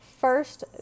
First